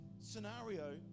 scenario